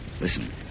Listen